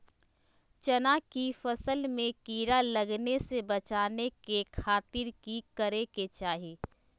चना की फसल में कीड़ा लगने से बचाने के खातिर की करे के चाही?